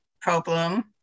problem